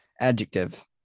Adjective